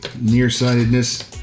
Nearsightedness